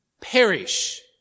perish